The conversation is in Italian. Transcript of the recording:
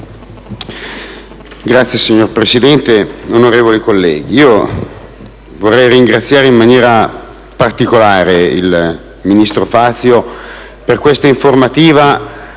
Signor Presidente, onorevoli colleghi, vorrei ringraziare in maniera particolare il ministro Fazio per questa informativa